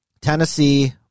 Tennessee